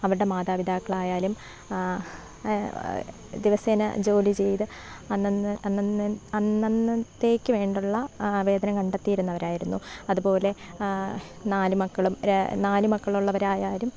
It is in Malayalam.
അവരുടെ മാതാപിതാക്കളായാലും ദിവസേന ജോലി ചെയ്തു അന്നന്നത്തേക്ക് വേണ്ടിയുള്ള വേതനം കണ്ടെത്തിയിരുന്നവർ ആയിരുന്നു അതുപോലെ നാല് മക്കളും നാല് മക്കളുള്ളവർ ആയാലും